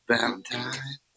Valentine